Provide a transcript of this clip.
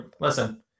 Listen